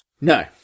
no